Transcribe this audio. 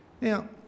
Now